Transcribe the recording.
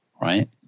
right